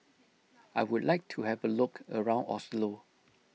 I would like to have a look around Oslo